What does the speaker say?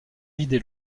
vider